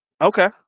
okay